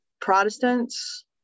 Protestants